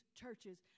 churches